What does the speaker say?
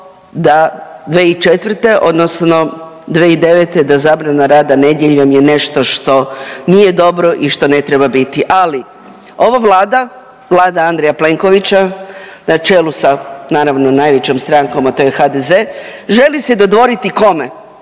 da 2004. odnosno 2009. da zabrana rada nedjeljom je nešto što nije dobro i što ne treba biti, ali ova Vlada, Vlada Andreja Plenkovića na čelu sa naravno najvećom strankom, a to je HDZ, želi se dodvoriti kome,